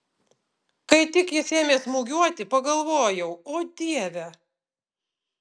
kai tik jis ėmė smūgiuoti pagalvojau o dieve